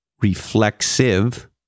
reflexive